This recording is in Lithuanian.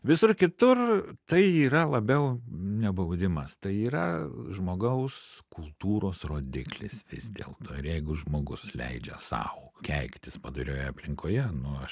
visur kitur tai yra labiau nebaudimas tai yra žmogaus kultūros rodiklis vis dėlto ir jeigu žmogus leidžia sau keiktis padorioje aplinkoje nu